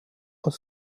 aus